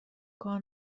کار